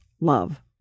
love